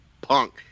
punk